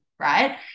right